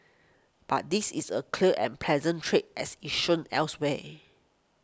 but this is a clear and present threat as it's shown elsewhere